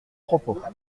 propos